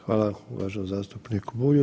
Hvala uvaženom zastupniku Bulju.